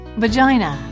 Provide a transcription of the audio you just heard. vagina